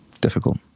difficult